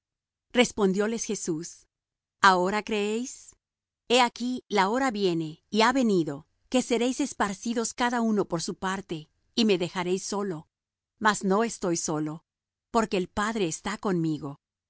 de dios respondióles jesús ahora creéis he aquí la hora viene y ha venido que seréis esparcidos cada uno por su parte y me dejaréis solo mas no estoy solo porque el padre está conmigo